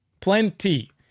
plenty